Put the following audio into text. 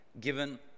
given